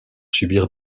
subir